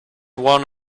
one